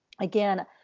again